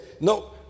no